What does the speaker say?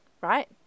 right